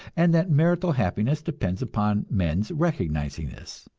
and that marital happiness depends upon men's recognizing this.